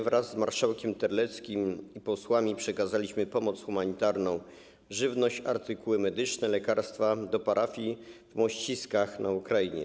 Wraz z marszałkiem Terleckim i posłami przekazaliśmy pomoc humanitarną - żywność, artykuły medyczne, lekarstwa - do parafii w Mościskach na Ukrainie.